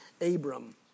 Abram